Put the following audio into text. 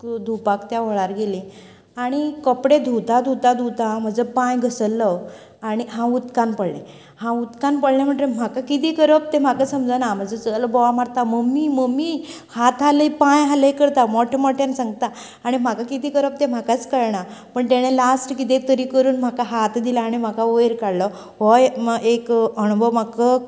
धुवपाक त्या व्होळार गेलीं आनी कपडे धुवता धुवता धुवता म्हजो पांय घसरलो आनी हांव उदकांत पडलें हांव उदकांत पडलें म्हणटगीर म्हाका कितें करप तें म्हाका समजना म्हजो चलो बोवाळ मारता मम्मी मम्मी हात हालय पांय हालय करता मोट्या मोट्यान सांगता आनी म्हाका कितें करप तें म्हाकाच कळना पण तेणें लास्ट कितें तरी करून म्हाका हात दिलो आनी म्हाका वयर काडलो हो एक अणभव म्हाका